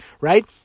right